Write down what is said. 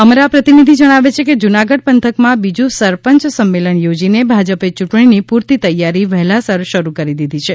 અમારા પ્રતિનિધિ જણાવે છે કે જુનાગઢ પંથકમાં બીજું સરપંચ સંમેલન યોજીને ભાજપે ચૂંટણીની પૂરતી તૈયારી વહેલસર શરૂ કરી દીધી છે